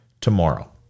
tomorrow